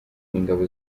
ingabo